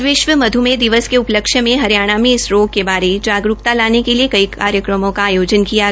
आज विश्व मध्मेह दिवस के उपलक्ष्य में हरियाणा में इस रोक के बारे जागरूकता लाने के लिए कई कार्यक्रमों का आयोजन किया गया